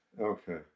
Okay